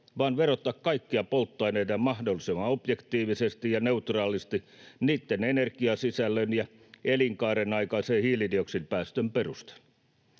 vaan verottaa kaikkia polttoaineita mahdollisimman objektiivisesti ja neutraalisti niitten energiasisällön ja elinkaarenaikaisen hiilidioksidipäästön perusteella.